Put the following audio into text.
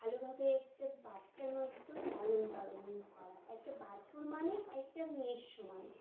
ভালোভাবে একটা বাচ্চার মতো লালন পালন করা একটা বাছুর মানে একটা মেয়ের সমান